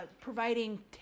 providing